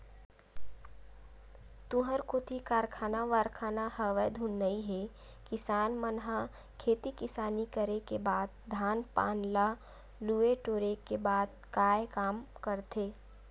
तुँहर कोती कारखाना वरखाना हवय धुन नइ हे किसान मन ह खेती किसानी करे के बाद धान पान ल लुए टोरे के बाद काय काम करथे?